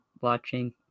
watching